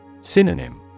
Synonym